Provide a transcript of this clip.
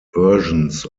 versions